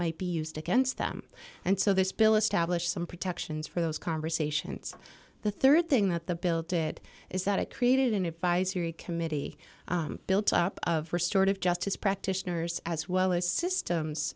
might be used against them and so this bill establish some protections for those conversations the rd thing that the build it is that it created an advisory committee built up of restorative justice practitioners as well as systems